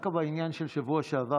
דווקא בעניין של שבוע שעבר,